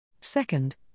Second